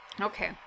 Okay